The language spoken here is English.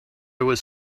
was